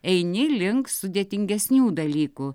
eini link sudėtingesnių dalykų